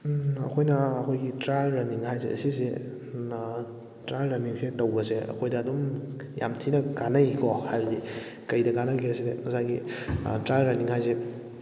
ꯑꯩꯈꯣꯏꯅ ꯑꯩꯈꯣꯏꯒꯤ trial running ꯍꯥꯏꯁꯦ ꯁꯤꯁꯦ ꯇ꯭ꯔꯥꯏꯌꯜ ꯔꯟꯅꯤꯡꯁꯦ ꯇꯧꯕꯁꯦ ꯑꯩꯈꯣꯏꯗ ꯑꯗꯨꯝ ꯌꯥꯝ ꯊꯤꯅ ꯀꯥꯟꯅꯩꯀꯣ ꯍꯥꯏꯕꯗꯤ ꯀꯩꯗ ꯀꯥꯅꯒꯦꯁꯦ ꯉꯁꯥꯏꯒꯤ ꯇ꯭ꯔꯥꯏꯌꯜ ꯔꯟꯅꯤꯡ ꯍꯥꯏꯁꯦ